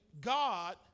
God